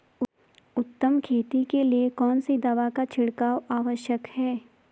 उत्तम खेती के लिए कौन सी दवा का छिड़काव आवश्यक है?